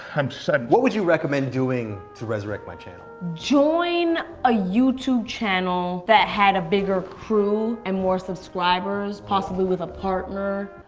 i'm sorry. what would you recommend doing to resurrect my channel? join a youtube channel that had a bigger crew and more subscribers possibly with a partner